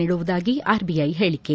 ನೀಡುವುದಾಗಿ ಆರ್ಬಿಐ ಹೇಳಿಕೆ